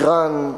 אירן,